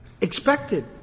expected